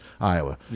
Iowa